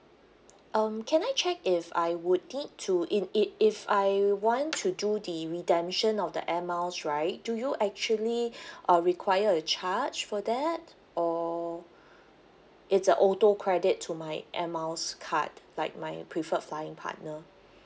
um can I check if I would need to in it if I want to do the redemption of the air miles right do you actually uh require a charge for that or it's a auto credit to my air miles card like my preferred flying partner